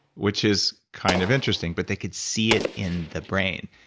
which is kind of interesting, but they could see it in the brain.